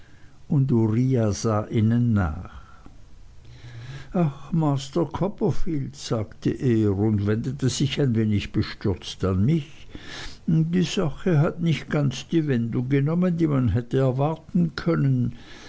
und uriah sah ihnen nach ach master copperfield sagte er und wendete sich ein wenig bestürzt an mich die sache hat nicht ganz die wendung genommen die man hätte erwarten können